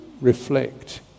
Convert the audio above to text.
reflect